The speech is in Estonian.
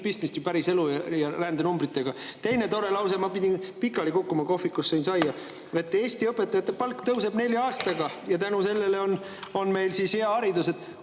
pistmist päriselu ja rändenumbritega. Teine tore lause – ma pidin pikali kukkuma kohvikus, kui sõin saia –, et Eesti õpetajate palk tõuseb nelja aastaga ja tänu sellele on meil hea haridus.